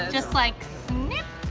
just like snip,